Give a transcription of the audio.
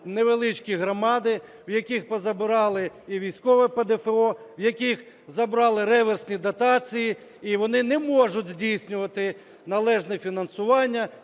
невеличкі громади, в яких позабирали і військове ПДФО, в яких забрали реверсні дотації, і вони не можуть здійснювати належне фінансування